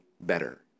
better